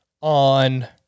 on